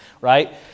right